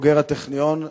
בוגר הטכניון,